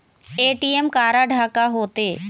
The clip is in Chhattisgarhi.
ए.टी.एम कारड हा का होते?